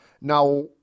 Now